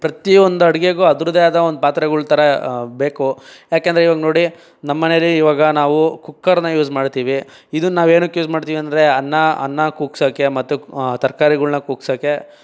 ಪ್ರತಿಯೊಂದು ಅಡುಗೆಗೂ ಅದರ್ದೇ ಆದ ಒಂದು ಪಾತ್ರೆಗಳ ಥರ ಬೇಕು ಯಾಕೆಂದರೆ ಈವಾಗ ನೋಡಿ ನಮ್ಮನೇಲಿ ಈವಾಗ ನಾವು ಕುಕ್ಕರನ್ನ ಯೂಸ್ ಮಾಡ್ತೀವಿ ಇದನ್ನ ನಾವು ಏನಕ್ಕೆ ಯೂಸ್ ಮಾಡ್ತೀವಂದರೆ ಅನ್ನ ಅನ್ನ ಕೂಗ್ಸಕ್ಕೆ ಮತ್ತು ತರಕಾರಿಗಳ್ನ ಕೂಗ್ಸಕ್ಕೆ